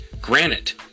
granite